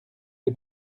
des